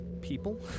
people